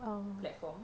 oh